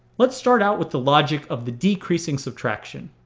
let's start out with the logic of the decreasing subtraction.